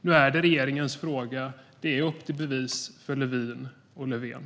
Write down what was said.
Nu är det regeringens fråga. Det är upp till bevis för Lövin och Löfven.